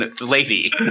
lady